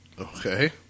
Okay